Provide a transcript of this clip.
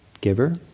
giver